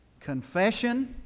confession